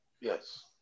Yes